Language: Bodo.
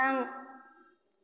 थां